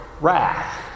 wrath